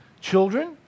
children